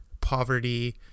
poverty